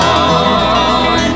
on